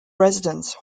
residence